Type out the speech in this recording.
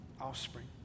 offspring